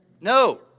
No